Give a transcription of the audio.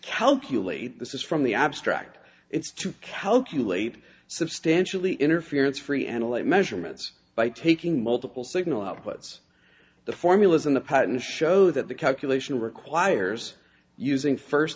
calculate this is from the abstract it's to calculate substantially interference free analyzed measurements by taking multiple signal outputs the formulas in a patent show that the calculation requires using first